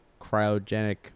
cryogenic